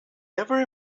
never